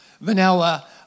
vanilla